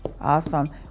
Awesome